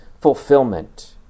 fulfillment